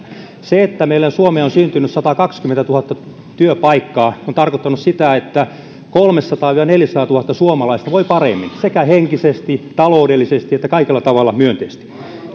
se että meillä suomeen on syntynyt satakaksikymmentätuhatta työpaikkaa on tarkoittanut sitä että kolmesataa viiva neljäsataatuhatta suomalaista voi paremmin sekä henkisesti että taloudellisesti kaikella tavalla